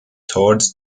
towards